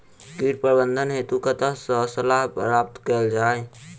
कीट प्रबंधन हेतु कतह सऽ सलाह प्राप्त कैल जाय?